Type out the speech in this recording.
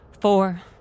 Four